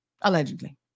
Allegedly